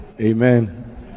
Amen